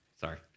Sorry